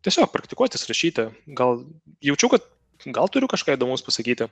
tiesiog praktikuotis rašyti gal jaučiau kad gal turiu kažką įdomaus pasakyti